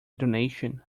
donation